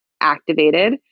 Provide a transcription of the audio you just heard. activated